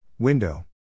Window